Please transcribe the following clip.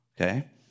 Okay